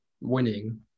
winning